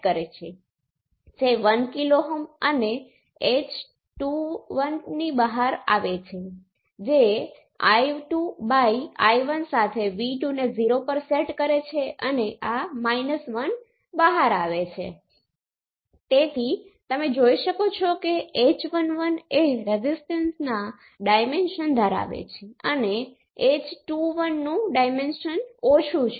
તે બહાર આવ્યું છે કે તમામ રેઝિસ્ટિવ નેટવર્ક્સ પાસે આ પોર્પર્ટિ છે તમે આ માત્ર આમાંથી જ નહીં પણ અન્ય પ્રોબ્લેમ માંથી પણ જોયું હશે જે આપણે હલ કર્યું છે અને તે બહાર આવ્યું છે આ રેસિપ્રોસિટિ તરીકે ઓળખાય છે એટલે કે જો તમારી પાસે pure resistive two port network છે તો ફોરવર્ડ ટ્રાન્સમિશન અને રિવર્સ ટ્રાન્સમિશન નજીકથી સંબંધિત છે